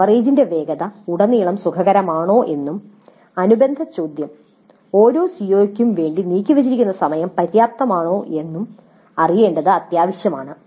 കവറേജിന്റെ വേഗത ഉടനീളം സുഖകരമാണോ എന്നും അനുബന്ധ ചോദ്യം ഓരോ സിഒയ്ക്കും വേണ്ടി നീക്കിവച്ചിരിക്കുന്ന സമയം പര്യാപ്തമാണോ എന്നും അറിയേണ്ടത് അത്യാവശ്യമാണ്